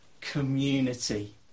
community